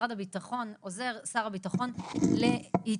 ממשרד הביטחון, עוזר שר הביטחון להתיישבות.